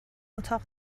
اتاق